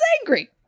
angry